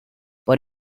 por